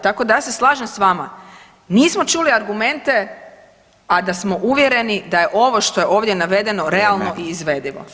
Tako da ja se slažem s vama, nismo čuli argumente, a da smo uvjereni da je ovo što je ovdje navedeno realno i izvedivo.